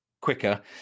quicker